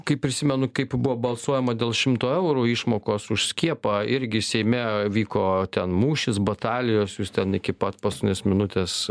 kai prisimenu kaip buvo balsuojama dėl šimto eurų išmokos už skiepą irgi seime vyko ten mūšis batalijos jūs ten iki pat paskutinės minutės